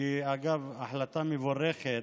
שהיא, אגב, החלטה מבורכת.